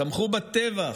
תמכו בטבח,